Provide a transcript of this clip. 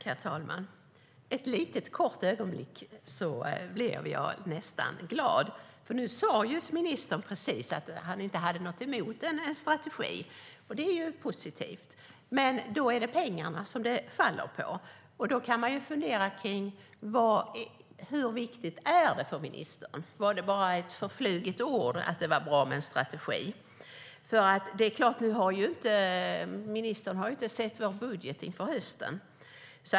Herr talman! För ett litet kort ögonblick blev jag nästan glad. Ministern sade alldeles nyss att han inte har något emot en strategi, och det är ju positivt. Men då är det pengarna det faller på, och då kan man fundera på hur viktigt det är för ministern. Var det bara förflugna ord att det är bra med en strategi? Ministern har ju inte sett vår budget inför hösten.